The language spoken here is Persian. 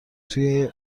توی